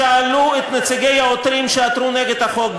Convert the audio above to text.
שאלו את נציגי העותרים שעתרו נגד החוק,